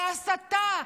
להסתה,